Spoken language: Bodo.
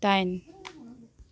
दाइन